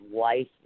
life